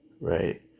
right